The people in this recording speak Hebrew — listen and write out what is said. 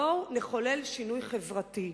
בואו נחולל שינוי חברתי.